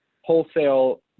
wholesale